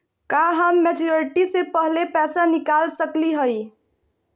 का हम मैच्योरिटी से पहले पैसा निकाल सकली हई?